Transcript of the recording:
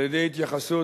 על-ידי התייחסות,